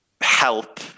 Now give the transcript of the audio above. help